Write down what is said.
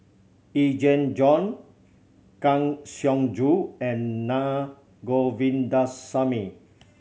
Yee Jenn Jong Kang Siong Joo and Na Govindasamy